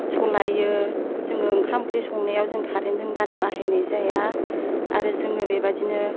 सलायो जोङो ओंखाम ओंख्रि संनायाव जों खारेनजों बारा बाहायनाय जाया आरो जोङो बेबायदिनो